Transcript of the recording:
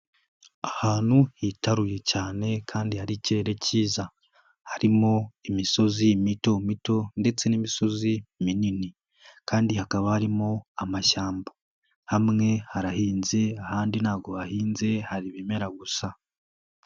Ahantu hitaruye cyane kandi hari ikirere cyiza, harimo imisozi mito mito ndetse n'imisozi minini, kandi hakaba harimo amashyamba, hamwe harahinze, ahandi ntabwo hahinze hari ibimera gusa.